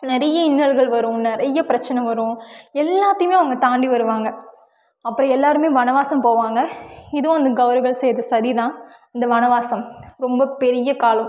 நிறைய இன்னல்கள் வரும் நிறைய பிரச்சனை வரும் எல்லாத்தையுமே அவங்க தாண்டி வருவாங்க அப்புறம் எல்லோருமே வனவாசம் போவாங்க இதுவும் அந்த கௌரவர்கள் செய்த சதி தான் இந்த வனவாசம் ரொம்ப பெரிய காலம்